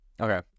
okay